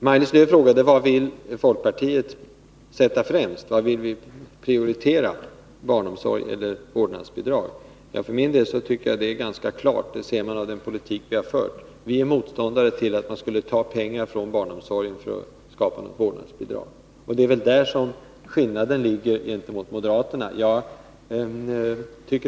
Maj-Lis Lööw frågade vad folkpartiet vill prioritera — barnomsorg eller vårdnadsbidrag? För min del är det ganska klart, vilket man ser av den politik som vi har fört. Vi är motståndare till att man tar pengar från barnomsorg för att skapa ett vårdnadsbidrag. Det är där skillnaden gentemot moderaterna ligger.